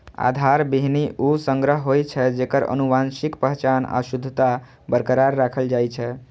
आधार बीहनि ऊ संग्रह होइ छै, जेकर आनुवंशिक पहचान आ शुद्धता बरकरार राखल जाइ छै